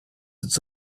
its